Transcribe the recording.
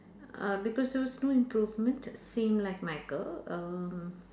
uh because there was no improvement same like my girl um